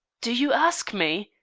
do you ask me?